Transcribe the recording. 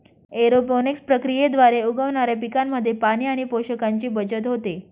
aeroponics प्रक्रियेद्वारे उगवणाऱ्या पिकांमध्ये पाणी आणि पोषकांची बचत होते